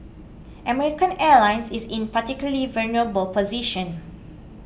American Airlines is in a particularly vulnerable position